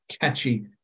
catchy